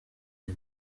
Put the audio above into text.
and